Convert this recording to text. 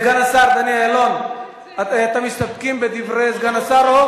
סגן השר דני אילון, אתם מסתפקים בדברי סגן השר?